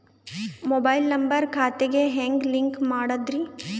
Mobile number ಖಾತೆ ಗೆ ಹೆಂಗ್ ಲಿಂಕ್ ಮಾಡದ್ರಿ?